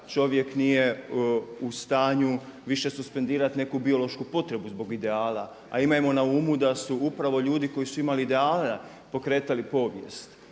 čovjek nije u stanju više suspendirat neku biološku potrebu zbog ideala. A imajmo na umu da su upravo ljudi koji su imali ideale pokretali povijest,